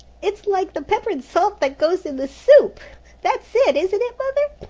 it's like the pepper and salt that goes in the soup that's it isn't it, mother?